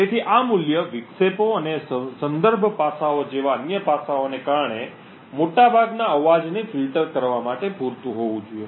તેથી આ મૂલ્ય વિક્ષેપો અને સંદર્ભ પાસાઓ જેવા અન્ય પાસાઓને કારણે મોટાભાગના અવાજને ફિલ્ટર કરવા માટે પૂરતું હોવું જોઈએ